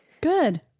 good